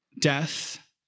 death